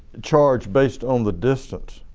charge based on the distance